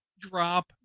drop